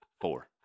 Four